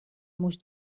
moast